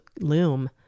Loom